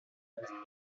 las